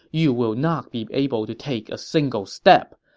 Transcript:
you will not be able to take a single step.